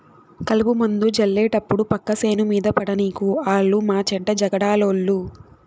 కలుపుమందు జళ్లేటప్పుడు పక్క సేను మీద పడనీకు ఆలు మాచెడ్డ జగడాలోళ్ళు